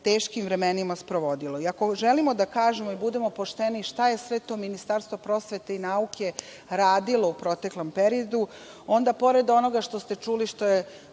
teškim vremenima sprovodilo. Ako želimo da kažemo, da budemo pošteni, šta je sve to Ministarstvo prosvete i nauke radilo u proteklom periodu, onda pored onoga što ste čuli, što je